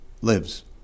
lives